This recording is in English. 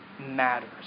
matters